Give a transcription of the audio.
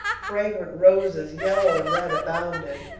fragrant roses, yellow and red, abounded.